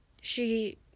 she-